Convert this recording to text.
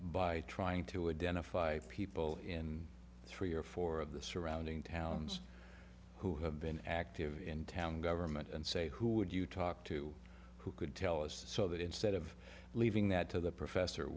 by trying to identify people in three or four of the surrounding towns who have been active in town government and say who would you talk to who could tell us so that instead of leaving that to the professor